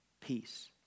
peace